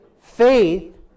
Faith